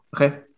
okay